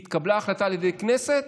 התקבלה החלטה על ידי הכנסת